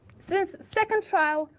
since second trial,